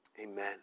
Amen